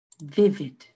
Vivid